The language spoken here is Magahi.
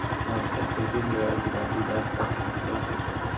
आजकल ए.टी.एम द्वारा भी राशी जाँच करल जा सको हय